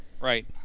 Right